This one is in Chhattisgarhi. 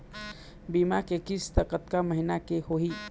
बीमा के किस्त कतका महीना के होही?